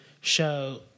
show